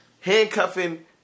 handcuffing